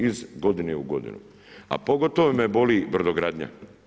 Iz godine u godinu a pogotovo me boli brodogradnja.